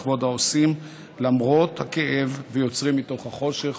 לכבוד העושים למרות הכאב ויוצרים מתוך החושך".